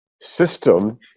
system